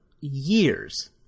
years